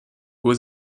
was